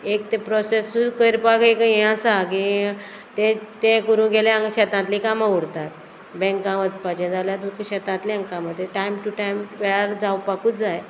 एक तें प्रोसेसू करपाक एक हें आसा की तें तें करूं गेलें हांगा शेतांतलीं कामां उरतात बँकां वचपाचें जाल्यार तुमकां शेतांतलीं हांगा कामां तें टायम टू टायम वेळार जावपाकूच जाय